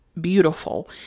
beautiful